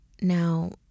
Now